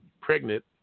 pregnant